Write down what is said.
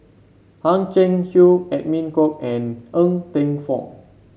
Hang Chang Chieh Edwin Koek and Ng Teng Fong